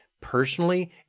Personally